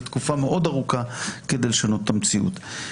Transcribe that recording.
תקופה מאוד ארוכה כדי לשנות את המציאות.